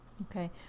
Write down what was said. Okay